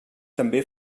també